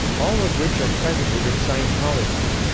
all of which are present within scientology.